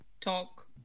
talk